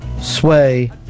sway